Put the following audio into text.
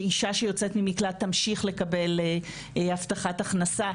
שאישה שיוצאת ממקלט תמשיך לקבל הבטחת הכנסה,